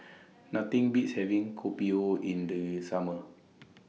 Nothing Beats having Kopi O in The Summer